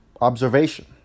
observation